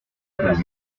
communes